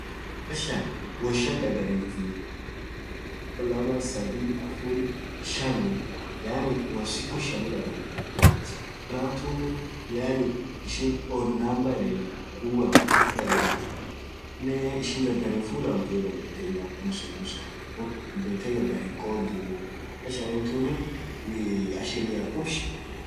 Number shaan won shaan dhagariftii wontun Toko, lama, sadhii, afur, shaan yaan. won siku shaani dhagariftii siku shanan thunen yaani ishin odd number yedheni dhub won akhan dhagariftii aminen ishin gargar hifudhamthu inamaa nusu nusuana, wonthuun dhadhethe gargar hinkhodhuu number shanan tunen ashiria qhub shanani